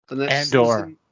Andor